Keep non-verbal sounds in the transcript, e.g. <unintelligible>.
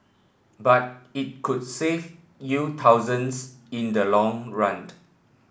but it could save you thousands in the long run <unintelligible>